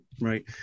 right